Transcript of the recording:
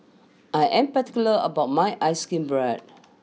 I am particular about my Ice cream Bread